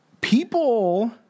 people